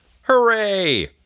Hooray